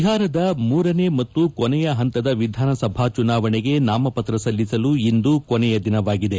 ಬಹಾರದ ಮೂರನೆ ಮತ್ತು ಕೊನೆಯ ಪಂತದ ವಿಧಾನಸಭಾ ಚುನಾವಣೆಗೆ ನಾಮಪತ್ರ ಸಲ್ಲಿಸಲು ಇಂದು ಕೊನೆಯ ದಿನವಾಗಿದೆ